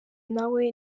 nawe